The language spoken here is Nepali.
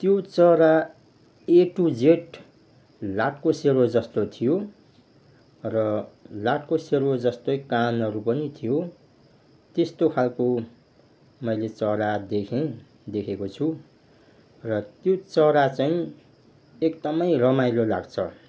त्यो चरा ए टु जेड लाटोकोसेरो जस्तो थियो र लाटोकोसेरो जस्तै कानहरू पनि थियो त्यस्तो खालको मैले चरा देखेँ देखेको छु र त्यो चरा चाहिँ एकदमै रमाइलो लाग्छ